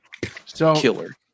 killer